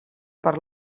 per